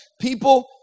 People